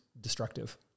destructive